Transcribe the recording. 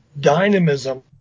dynamism